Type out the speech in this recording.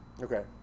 okay